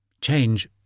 Change